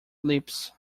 lips